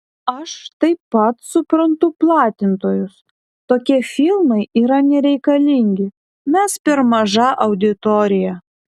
aš taip pat suprantu platintojus tokie filmai yra nereikalingi mes per maža auditorija